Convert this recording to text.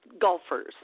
golfers